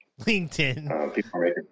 LinkedIn